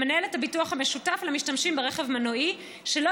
המנהל את הביטוח המשותף למשתמשים ברכב מנועי שלא